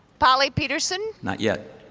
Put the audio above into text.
poly peterson? not yet.